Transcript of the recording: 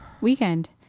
weekend